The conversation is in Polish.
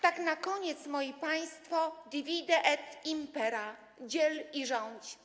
Tak na koniec, moi państwo, divide et impera - dziel i rządź.